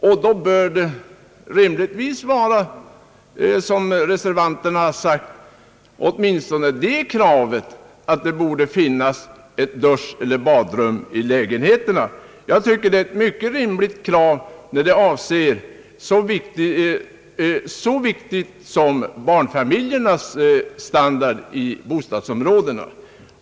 Då borde åtminstone det kravet rimligtvis uppfyllas som reservanterna har ställt, nämligen att det bör finnas ett duscheller badrum i lägenheterna. Det är ett mycket rimligt krav när det avser någonting så viktigt som barnfamiljernas standard i bostadsområdena.